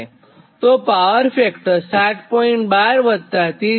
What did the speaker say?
તો power factor angle 7